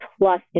plus